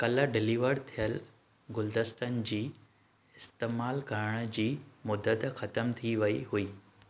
काल्हि डिलीवर थियल गुलदस्तनि जी इस्तैमाल करण जी मुदति ख़तम थी वई हुई